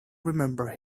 remember